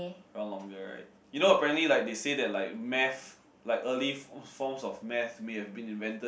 around longer right you know apparently like they say like math like early forms of math may have been invented